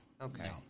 Okay